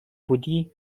بودی